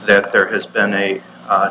that there has been a